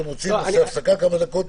אתם רוצים שנעשה הפסקה כמה דקות?